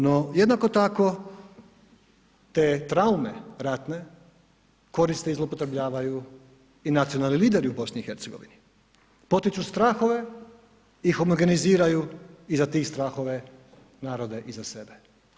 No, jednako tako te traume ratne koriste i zloupotrebljavaju i nacionalni lideri u BiH, potiču strahove i homogeniziraju iza tih strahova narode iza sebe.